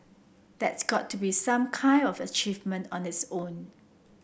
that's got to be some kind of achievement on this own